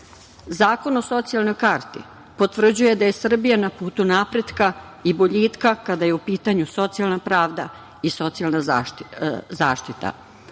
Zakon o socijalnoj karti potvrđuje da je Srbija na putu napretka i boljitka kada je u pitanju socijalna pravda i socijalna zaštita.